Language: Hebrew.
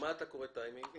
למה אתה קורא טיימינג?